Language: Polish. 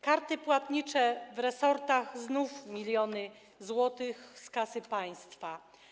Karty płatnicze w resortach - znów miliony złotych z kasy państwa.